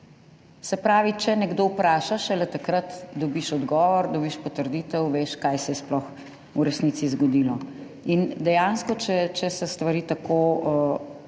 Se pravi, če nekdo vpraša, šele takrat dobiš odgovor, dobiš potrditev, veš, kaj se je sploh v resnici zgodilo. In dejansko, če se stvari tako